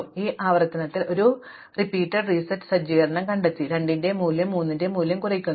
അതിനാൽ ഈ ആവർത്തനത്തിൽ ഞാൻ പുന reset സജ്ജീകരണം കണ്ടെത്തി എന്നാൽ 2 ന്റെ മൂല്യം മൂന്നിന്റെ മൂല്യം കുറയ്ക്കുന്നു